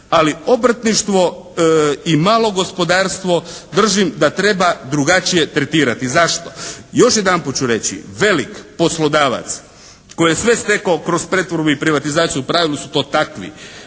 Ali obrtništvo i malo gospodarstvo držim da treba drugačije tretirati. Zašto? Još jedanput ću reći velik poslodavac koji je sve stekao kroz pretvorbu i privatizaciju, u pravilu su to takvi,